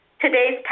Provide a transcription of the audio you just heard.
Today's